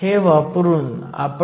फक्त अंतिम उत्तर 8